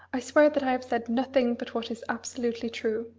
i swear that i have said nothing but what is absolutely true.